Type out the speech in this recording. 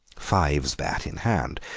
fives-bat in hand,